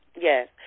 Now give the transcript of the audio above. Yes